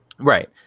right